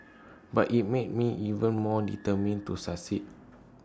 but IT made me even more determined to succeed